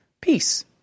peace